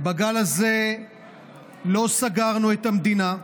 בגל הזה לא סגרנו את המדינה,